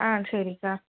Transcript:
ஆ சரிக்கா